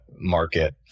market